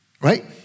right